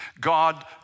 God